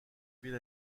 bien